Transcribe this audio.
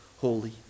holy